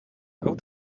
out